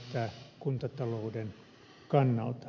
herra puhemies